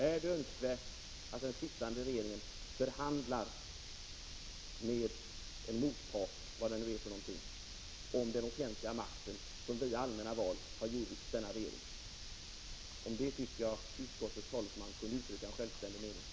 Är det önskvärt att den sittande regeringen förhandlar med en motpart, vad den nu utgörs av, om den offentliga makt som vi riksdagsledamöter i allmänna val har givits av denna regering? Jag tycker att utskottets talesman självständigt borde kunna uttrycka en mening om detta.